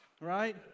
right